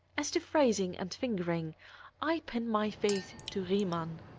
as to phrasing and fingering i pin my faith to riemann.